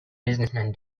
businessman